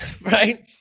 right